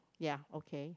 ya okay